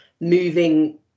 moving